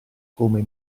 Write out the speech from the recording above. come